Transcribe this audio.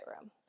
room